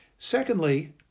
Secondly